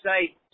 say